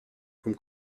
vom